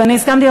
ואני הסכמתי,